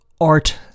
art